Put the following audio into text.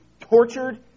tortured